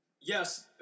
Yes